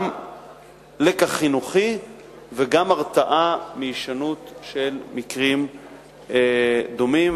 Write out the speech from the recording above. גם לקח חינוכי וגם הרתעה מהישנות של מקרים דומים,